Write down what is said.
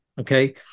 okay